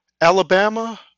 Alabama